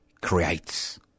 creates